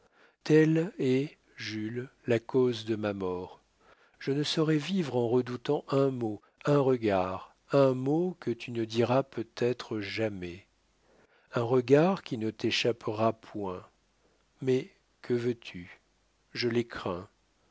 est jules la cause de ma mort je ne saurais vivre en redoutant un mot un regard un mot que tu ne diras peut-être jamais un regard qui ne t'échappera point mais que veux-tu je les crains